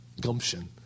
gumption